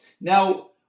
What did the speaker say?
Now